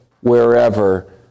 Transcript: wherever